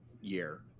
year